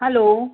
hello